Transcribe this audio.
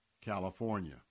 California